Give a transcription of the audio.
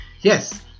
Yes